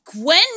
gwen